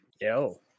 Yo